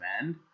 end